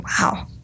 wow